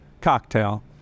Cocktail